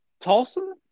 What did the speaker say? Tulsa